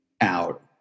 out